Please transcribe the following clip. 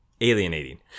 alienating